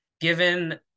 given